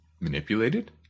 manipulated